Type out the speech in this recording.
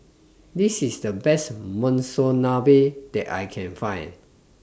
This IS The Best Monsunabe that I Can Find